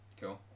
Cool